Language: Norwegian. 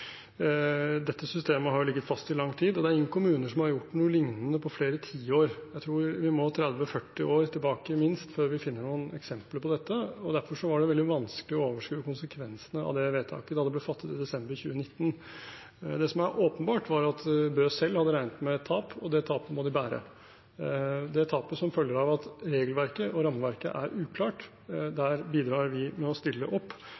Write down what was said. det er ingen kommuner som har gjort noe lignende på flere tiår – jeg tror vi må 30–40 år tilbake, minst, før vi finner noen eksempler på dette. Derfor var det veldig vanskelig å overskue konsekvensene av det vedtaket da det ble fattet i desember 2019. Det som er åpenbart, var at Bø selv hadde regnet med et tap, og det tapet må de bære. Når det gjelder det tapet som følger av at regelverket og rammeverket er uklart, der bidrar vi med å stille opp,